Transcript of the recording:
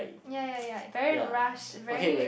ya ya ya very rush very